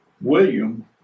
William